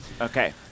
Okay